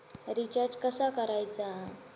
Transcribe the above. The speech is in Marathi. रिचार्ज कसा करायचा?